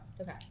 Okay